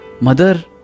Mother